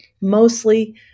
Mostly